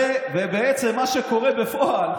ובעצם, מה שקורה בפועל,